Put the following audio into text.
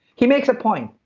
he makes a point.